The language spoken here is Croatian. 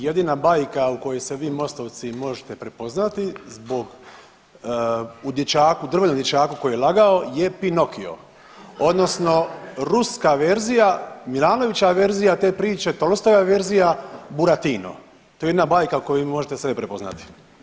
Jedina bajka u kojoj se vi Mostovci možete prepoznati zbog u dječaku drvenom dječaku koji je lagao je Pinokio odnosno ruska verzija Milanovićeva verzija te priče, Tolstojeva verzija Buratino, to je jedna bajka u kojoj vi možete sebe prepoznati.